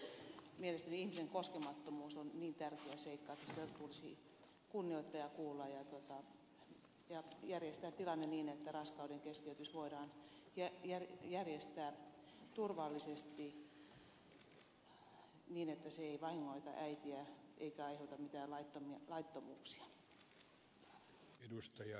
mielestäni ihmisen koskemattomuus on niin tärkeä seikka että sitä tulisi kunnioittaa ja kuulla ja järjestää tilanne niin että raskauden keskeytys voidaan järjestää turvallisesti niin että se ei vahingoita äitiä eikä aiheuta mitään laittomuuksia